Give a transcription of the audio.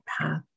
path